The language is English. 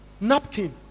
Napkin